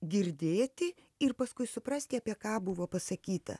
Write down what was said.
girdėti ir paskui suprasti apie ką buvo pasakyta